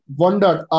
wondered